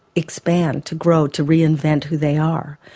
expand, to grow, to reinvent who they are,